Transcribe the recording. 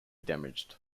damaged